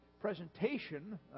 presentation